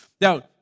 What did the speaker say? Now